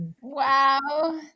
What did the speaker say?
Wow